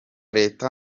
leta